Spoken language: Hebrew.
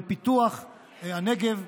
לפיתוח הנגב.